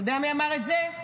אתה יודע מי אמר את זה?